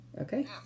okay